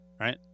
right